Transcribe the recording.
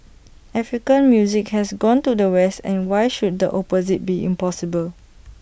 African music has gone to the west and why should the opposite be impossible